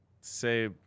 say